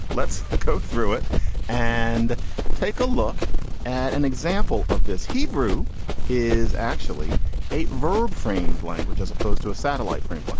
let's go through it and take a look at an example of this. hebrew is actually a verb framed language as opposed to a satellite framework.